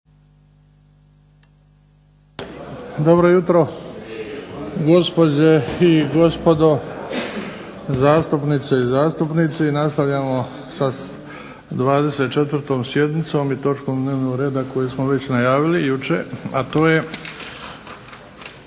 Dobro jutro gospođe i gospodo zastupnice i zastupnici. Nastavljamo sa 24. sjednicom i točkom dnevnog reda koju smo već najavili jučer, a to je